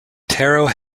tarot